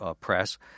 press